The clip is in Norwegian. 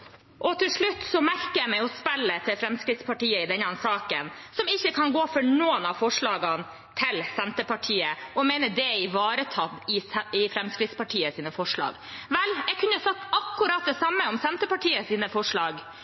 Til slutt merker jeg meg spillet til Fremskrittspartiet i denne saken når de ikke kan gå for noen av forslagene til Senterpartiet, og mener dette er ivaretatt i forslagene til Fremskrittspartiet. Vel, jeg kunne sagt akkurat det samme om forslagene til Senterpartiet,